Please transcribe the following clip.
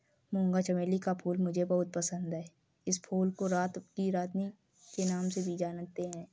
मूंगा चमेली का फूल मुझे बहुत अधिक पसंद है इस फूल को रात की रानी के नाम से भी जानते हैं